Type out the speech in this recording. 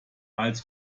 als